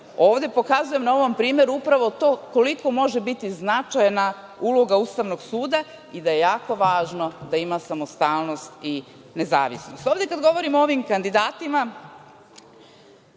Ovde pokazujem, na ovom primeru upravo to, koliko može biti značajna uloga Ustavnog suda i da je jako važno da ima samostalnost i nezavisnost. Ovde kada govorimo o ovim kandidatima,